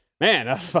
man